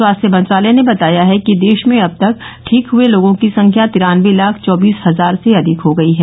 स्वास्थ्य मंत्रालय ने बताया है कि देश में अब तक ठीक हुए लोगों की संख्या तिरानवे लाख चौबीस हजार से अधिक हो गई है